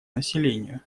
населению